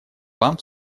вам